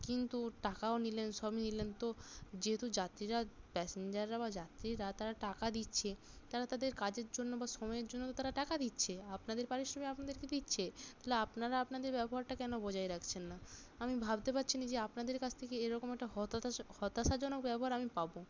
কিন্তু টাকাও নিলেন সবই নিলেন তো যেহেতু যাত্রীরা প্যাসেঞ্জাররা বা যাত্রীরা তারা টাকা দিচ্ছে তারা তাদের কাজের জন্য বা সময়ের জন্য তো তারা টাকা দিচ্ছে আপনাদের পারিশ্রমিক আপনাদেরকে দিচ্ছে তালে আপনারা আপনাদের ব্যবহারটা কেন বজায় রাখছেন না আমি ভাবতে পারছি না যে আপনাদের কাছ থেকে এরকম একটা হতাশা হতাশাজনক ব্যবহার আমি পাবো